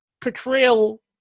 portrayal